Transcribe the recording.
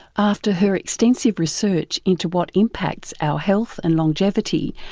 after her extensive research into what impacts our health and longevity,